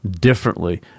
Differently